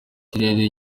kirere